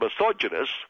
misogynist